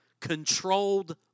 controlled